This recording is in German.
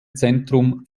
zentrum